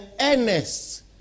earnest